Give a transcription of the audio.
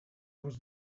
was